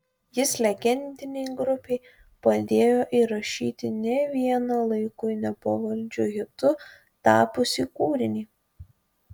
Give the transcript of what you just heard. jis legendinei grupei padėjo įrašyti ne vieną laikui nepavaldžiu hitu tapusį kūrinį